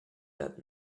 that